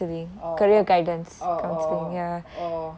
oh oh oh oh